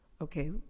Okay